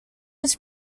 its